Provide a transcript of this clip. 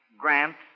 Grant